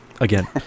Again